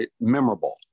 memorable